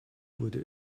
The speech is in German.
wurde